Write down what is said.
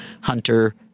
Hunter